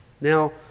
Now